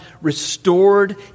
restored